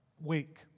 week